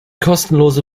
kostenlose